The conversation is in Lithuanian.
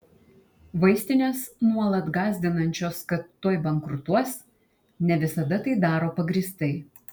vaistinės nuolat gąsdinančios kad tuoj bankrutuos ne visada tai daro pagrįstai